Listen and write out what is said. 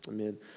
Amen